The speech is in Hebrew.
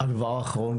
הדבר האחרון,